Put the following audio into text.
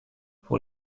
pour